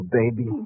baby